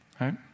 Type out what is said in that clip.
right